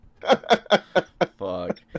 Fuck